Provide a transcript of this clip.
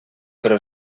però